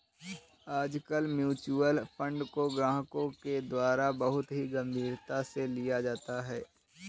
आजकल mutual fund को ग्राहकों के द्वारा बहुत ही गम्भीरता से लिया जाता है